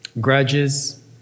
grudges